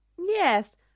Yes